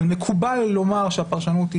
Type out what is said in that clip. אבל מקובל לומר שהפרשנות,